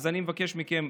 אז אני מבקש מכם,